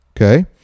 okay